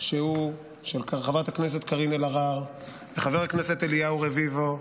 שהוא של חברת הכנסת קארין אלהרר וחבר הכנסת אליהו רביבו,